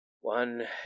one